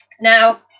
Now